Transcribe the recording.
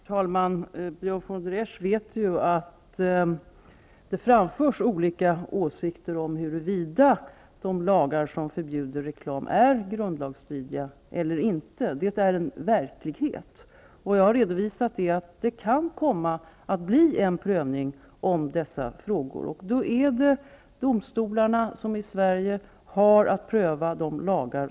Herr talman! Björn von der Esch vet ju att det framförs olika åsikter om huruvida de lagar som förbjuder reklam är grundlagstridiga eller inte. Det är en verklighet. Jag har redovisat att det kan komma att bli en prövning av dessa frågor. Då är det domstolarna som i Sverige har att pröva våra lagar.